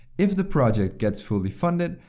if the project gets fully funded,